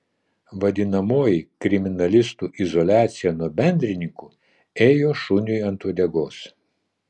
vadinamoji kriminalistų izoliacija nuo bendrininkų ėjo šuniui ant uodegos